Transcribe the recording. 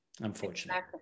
unfortunately